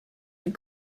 and